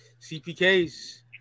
CPKs